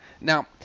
Now